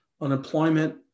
Unemployment